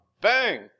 Bang